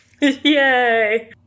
Yay